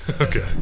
Okay